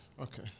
Okay